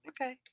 Okay